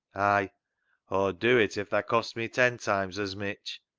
ay, aw'd do it if tha cost me ten times as mitch.